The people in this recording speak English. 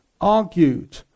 argued